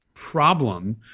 Problem